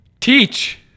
Teach